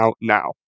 now